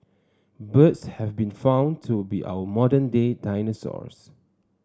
birds have been found to be our modern day dinosaurs